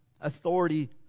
authority